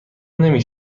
نمی